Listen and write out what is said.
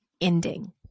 ending